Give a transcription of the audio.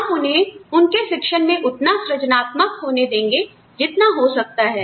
हम उन्हें उनके शिक्षण में उतना सृजनात्मक होने देंगे जितना हो सकता है